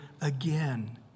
again